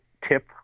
tip